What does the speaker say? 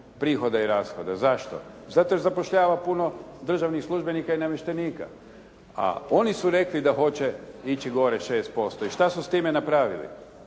prihoda i rashoda. Zašto? Zato jer zapošljavanja puno državnih službenika i namještenika a oni su rekli da hoće ići gore 6%. I šta su s time napravili?